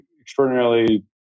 extraordinarily